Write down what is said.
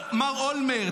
אהוד אולמרט.